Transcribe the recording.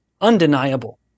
undeniable